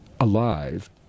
alive